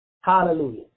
Hallelujah